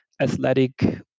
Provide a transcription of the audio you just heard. athletic